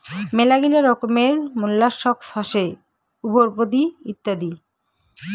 মেলাগিলা রকমের মোল্লাসক্স হসে উভরপদি ইত্যাদি